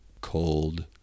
Cold